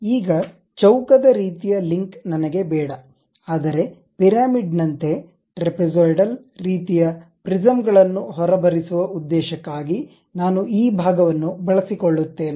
ಈಗ ಚೌಕದ ರೀತಿಯ ಲಿಂಕ್ ನನಗೆ ಬೇಡ ಆದರೆ ಪಿರಮಿಡ್ನಂತೆ ಟ್ರೆಪೆಜಾಯಿಡಲ್ ರೀತಿಯ ಪ್ರಿಸ್ಮ್ ಗಳನ್ನು ಹೊರಬರಿಸುವ ಉದ್ದೇಶಕ್ಕಾಗಿ ನಾನು ಈ ಭಾಗವನ್ನು ಬಳಸಿಕೊಕೊಳ್ಳುತ್ತೇನೆ